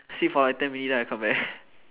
sleep for like ten minutes then I come back